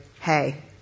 hey